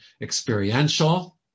experiential